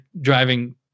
driving